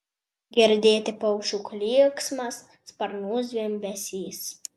girdėti paukščių klyksmas sparnų zvimbesys